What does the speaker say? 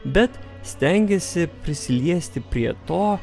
bet stengėsi prisiliesti prie to